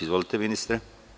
Izvolite ministre.